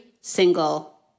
single